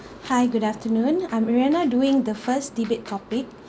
hi good afternoon I'm oriana doing the first debate topic